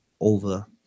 over